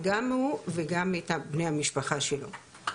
גם הוא וגם בני המשפחה שלו.